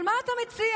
אבל מה אתה מציע?